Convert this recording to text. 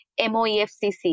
MOEFCC